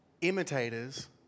imitators